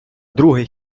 друге